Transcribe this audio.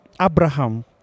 Abraham